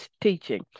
teaching